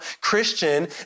Christian